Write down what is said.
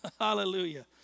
Hallelujah